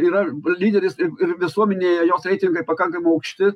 yra lyderis ir visuomenėje jos reitingai pakankamai aukšti